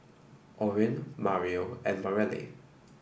Orrin Mario and Mareli